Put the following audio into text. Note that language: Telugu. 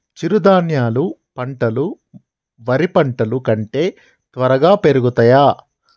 చిరుధాన్యాలు పంటలు వరి పంటలు కంటే త్వరగా పెరుగుతయా?